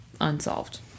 unsolved